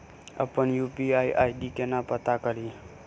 अप्पन UPI ID केना पत्ता कड़ी?